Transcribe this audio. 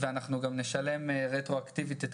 יש לכם אמרת את הרשימות, נכון?